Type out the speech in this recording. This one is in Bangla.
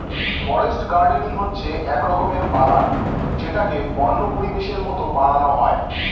ফরেস্ট গার্ডেনিং হচ্ছে এক রকমের বাগান যেটাকে বন্য পরিবেশের মতো বানানো হয়